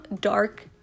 dark